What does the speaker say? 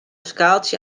skaaltsje